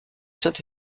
saint